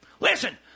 Listen